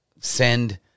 send